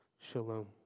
shalom